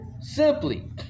Simply